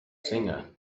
singer